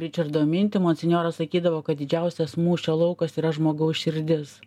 ričardo mintį monsinjoras sakydavo kad didžiausias mūšio laukas yra žmogaus širdis